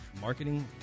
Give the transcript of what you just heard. marketing